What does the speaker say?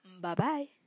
Bye-bye